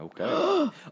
Okay